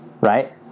Right